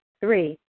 Three